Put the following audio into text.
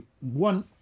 one